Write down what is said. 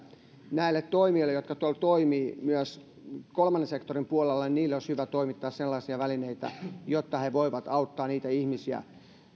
näille toimijoille jotka tuolla toimivat myös kolmannen sektorin puolella olisi hyvä toimittaa välineitä jotta he voivat auttaa niitä ihmisiä